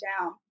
down